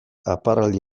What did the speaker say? aparraldi